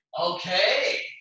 Okay